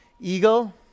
Eagle